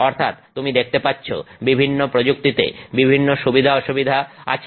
অর্থাৎ তুমি দেখতে পাচ্ছো বিভিন্ন প্রযুক্তিতে বিভিন্ন সুবিধা অসুবিধা আছে